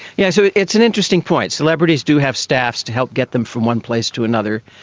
yeah so it's and interesting point. celebrities do have staff to help get them from one place to another,